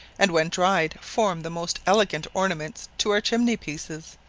and when dried form the most elegant ornaments to our chimney-pieces,